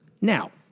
Now